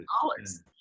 dollars